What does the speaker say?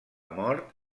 mort